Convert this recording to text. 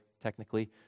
technically